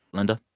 linda?